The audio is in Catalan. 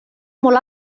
molt